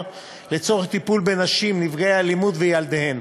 לצורך טיפול בנשים נפגעות אלימות וילדיהן.